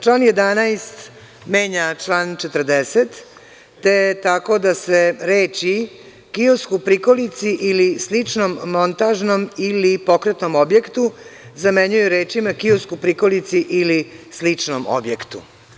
Član 11. menja član 40. tako da se reči: „kiosk u prikolici ili sličnom montažnom ili pokretnom objektu“ zamenjuje rečima: „kiosk u prikolici ili sličnom objektu“